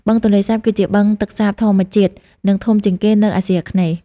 បឹងទន្លេសាបគឺជាបឹងទឹកសាបធម្មជាតិដ៏ធំជាងគេនៅអាស៊ីអាគ្នេយ៍។